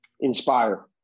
Inspire